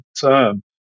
term